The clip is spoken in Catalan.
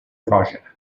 roja